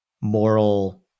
moral